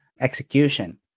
execution